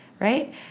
right